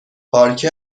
پارکه